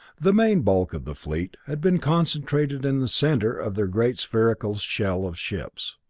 the main bulk of the fleet had been concentrated in the center of their great spherical shell of ships.